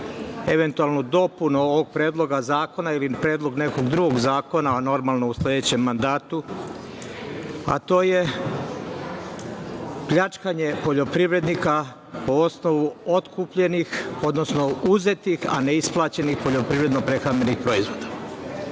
eventualnu dopunu ovog Predloga zakona ili predlog nekog drugog zakona, a normalno u sledećem mandatu, a to je pljačkanje poljoprivrednika po osnovu otkupljenih, odnosno uzetih, a neisplaćenih poljoprivredno-prehrambenih proizvoda.